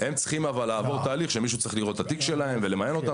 הם צריכים לעבור תהליך שמישהו צריך לראות את התיק שלהם ולמיין אותם.